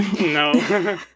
no